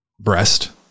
breast